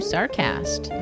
Sarcast